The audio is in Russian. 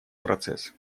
процесс